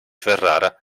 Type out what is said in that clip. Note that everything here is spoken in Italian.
ferrara